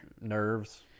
nerves